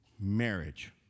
marriage